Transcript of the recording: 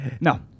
No